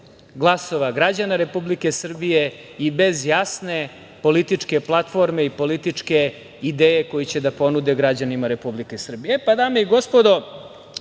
glasova građana Republike Srbije i bez jasne političke platforme i političke ideje koju će da ponude građanima Republike Srbije. Dame i gospodo